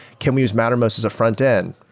can we use mattermost as a frontend?